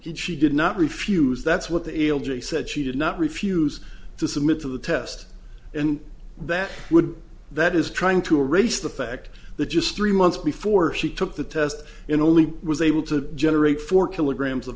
that she did not refuse that's what the ail jay said she did not refuse to submit to the test and that would that is trying to erase the fact that just three months before she took the test in only was able to generate four kilograms of